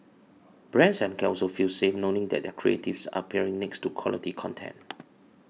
brands can also feel safe knowing that their creatives are appearing next to quality content